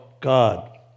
God